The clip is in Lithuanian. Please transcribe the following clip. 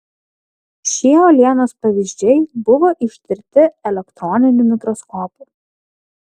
šie uolienos pavyzdžiai buvo ištirti elektroniniu mikroskopu